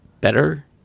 better